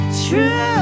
true